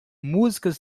música